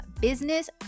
business